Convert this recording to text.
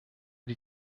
die